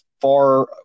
far